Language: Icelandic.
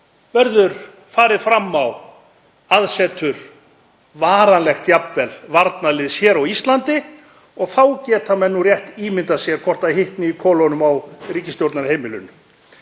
verður farið fram á aðsetur, varanlegt jafnvel, varnarliðs hér á Íslandi. Þá geta menn rétt ímyndað sér hvort hitni í kolunum á ríkisstjórnarheimilinu.